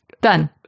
Done